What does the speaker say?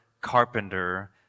carpenter